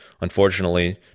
unfortunately